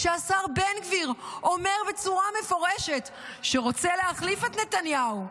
כשהשר בן גביר אומר בצורה מפורשת שרוצה להחליף את נתניהו,